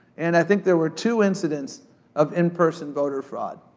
and i think there were two incidents of in-person voter fraud.